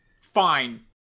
Fine